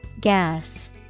Gas